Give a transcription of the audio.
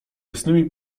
jasnymi